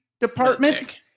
department